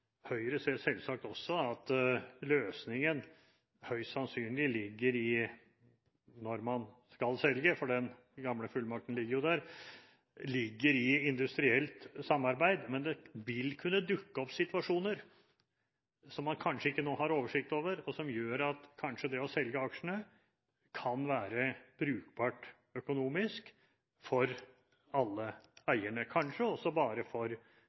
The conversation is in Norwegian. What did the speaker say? Høyre ser selvsagt også at løsningen høyst sannsynlig – når man skal selge, for den gamle fullmakten ligger jo der – ligger i industrielt samarbeid, men det vil kunne dukke opp situasjoner som man ikke nå har oversikt over, og som gjør at det å selge aksjene kan være brukbart økonomisk for alle eierne – kanskje også bare for